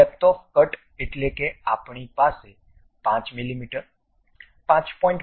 depth of cut એટલે કે આપણી પાસે 5 મીમી 5